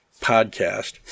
podcast